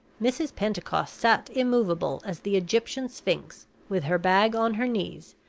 mrs. pentecost sat immovable as the egyptian sphinx, with her bag on her knees,